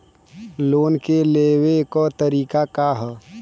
Loan के लेवे क तरीका का ह?